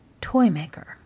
Toymaker